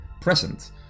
present